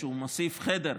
שהוא מוסיף חדר,